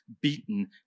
beaten